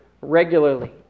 regularly